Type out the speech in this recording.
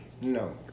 No